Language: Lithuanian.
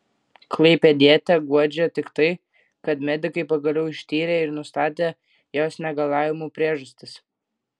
klaipėdietę guodžia tik tai kad medikai pagaliau ištyrė ir nustatė jos negalavimų priežastis